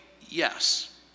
Yes